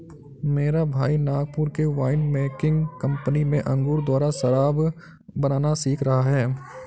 मेरा भाई नागपुर के वाइन मेकिंग कंपनी में अंगूर द्वारा शराब बनाना सीख रहा है